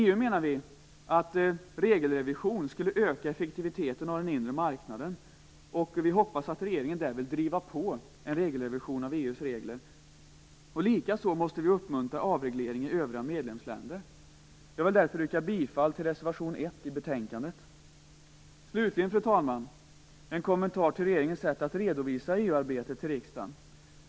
Vi menar att en regelrevision i EU skulle öka effektiviteten av den inre marknaden. Vi hoppas att regeringen vill driva på en regelrevision av EU:s regler. Likaså måste vi uppmuntra avreglering i övriga medlemsländer. Jag vill därför yrka bifall till reservation 1 i betänkandet. Slutligen, fru talman, har jag en kommentar till regeringens sätt att redovisa EU-arbetet till riksdagen.